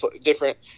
different